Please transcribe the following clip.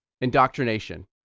indoctrination